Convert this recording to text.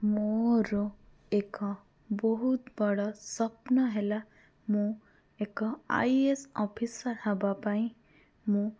ମୋର ଏକ ବହୁତ ବଡ଼ ସ୍ଵପ୍ନ ହେଲା ମୁଁ ଏକ ଆଇ ଏ ଏସ୍ ଅଫିସର୍ ହେବା ପାଇଁ ମୁଁ